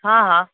हा हा